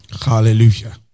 Hallelujah